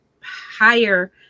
higher